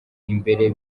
imbere